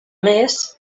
més